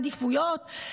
עדיפויות,